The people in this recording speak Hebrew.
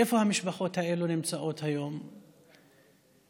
איפה המשפחות האלה נמצאות היום ואיפה,